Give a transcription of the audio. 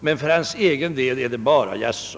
Men för herr Bengtssons egen del är svaret bara ett jaså.